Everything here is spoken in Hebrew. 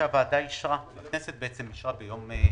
הכנסת אישרה ביום שני,